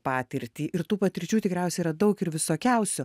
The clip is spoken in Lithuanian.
patirtį ir tų patirčių tikriausiai yra daug ir visokiausių